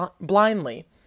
blindly